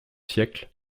siècle